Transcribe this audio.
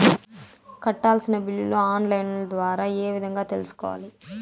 కట్టాల్సిన బిల్లులు online ద్వారా ఏ విధంగా తెలుసుకోవాలి?